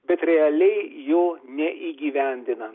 bet realiai jo neįgyvendina